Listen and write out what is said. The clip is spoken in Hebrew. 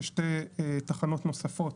ששתי תחנות נוספות